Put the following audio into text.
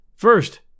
First